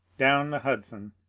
down the hudson,